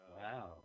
Wow